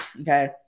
Okay